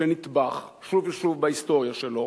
שנטבח שוב ושוב בהיסטוריה שלו,